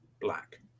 Black